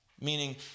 meaning